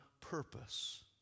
purpose